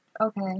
Okay